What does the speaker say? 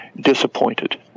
disappointed